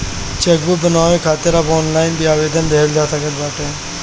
chequebook बनवावे खातिर अब ऑनलाइन भी आवेदन देहल जा सकत बाटे